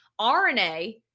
RNA